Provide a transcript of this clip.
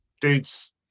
dudes